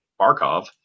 Barkov